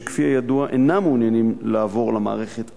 שכפי הידוע אינם מעוניינים לעבור למערכת הרשמית.